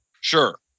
Sure